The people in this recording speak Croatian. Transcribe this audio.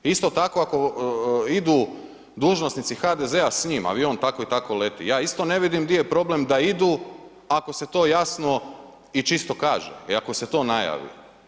Isto tako ako idu dužnosnici HDZ-a s njim, avion tako i tako leti, ja isto ne vidim di je problem da idu ako se to jasno i čisto kaže i ako se to najavi.